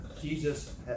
Jesus